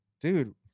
Dude